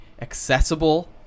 accessible